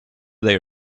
they